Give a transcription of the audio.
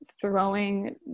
throwing